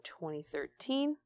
2013